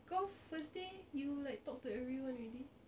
kau first day you like talk to everyone already